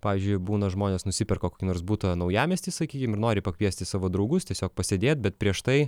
pavyzdžiui būna žmonės nusiperka kokį nors butą naujamiesty sakykim nori pakviesti savo draugus tiesiog pasėdėt bet prieš tai